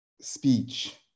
speech